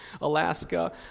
Alaska